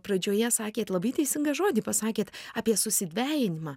pradžioje sakėt labai teisingą žodį pasakėt apie susidvejinimą